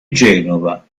genova